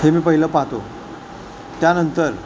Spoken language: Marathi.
ते मी पहिलं पाहतो त्यानंतर